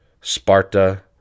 Sparta